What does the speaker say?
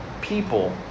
people